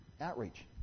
outreach